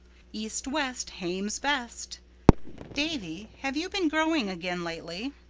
east, west, hame's best davy, have you been growing again lately?